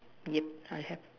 yup I have